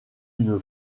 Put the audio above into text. une